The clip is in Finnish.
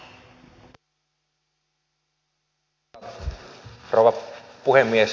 arvoisa rouva puhemies